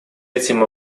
этим